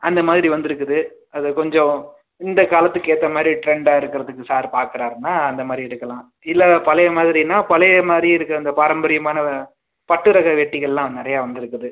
அந்த மாதிரி வந்துருக்குது அது கொஞ்சம் இந்த காலத்துக்கு ஏற்ற மாதிரி ட்ரெண்டாக இருக்கிறதுக்கு சார் பார்க்குறாருன்னா அந்த மாதிரி எடுக்கலாம் இல்லை பழைய மாதிரின்னா பழைய மாதிரி இருக்கிற அந்த பாரம்பரியமான பட்டு ரக வேட்டிகள்லாம் நிறையா வந்துருக்குது